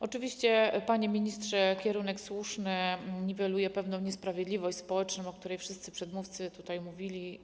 Oczywiście, panie ministrze, kierunek słuszny: niweluje pewną niesprawiedliwość społeczną, o której wszyscy przedmówcy tutaj mówili.